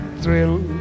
thrill